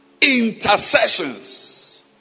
intercessions